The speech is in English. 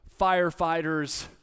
firefighters